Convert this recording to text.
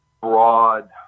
broad